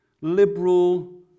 liberal